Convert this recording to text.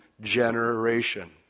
generation